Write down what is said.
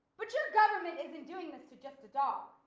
but your government isn't doing this to just a dog,